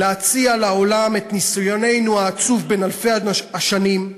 להציע לעולם את ניסיוננו העצוב בן אלפי השנים,